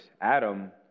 Adam